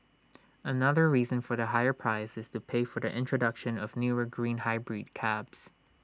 another reason for the higher price is to pay for the introduction of newer green hybrid cabs